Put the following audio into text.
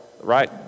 right